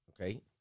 okay